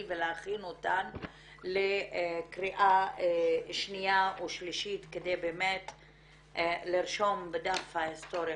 ולהכין אותן לקריאה שנייה ושלישית כדי לרשום בדף ההיסטוריה